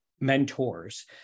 mentors